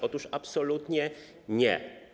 Otóż absolutnie nie.